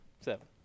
seven